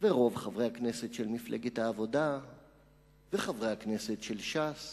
ורוב חברי הכנסת של מפלגת העבודה וחברי הכנסת של ש"ס